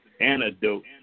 antidote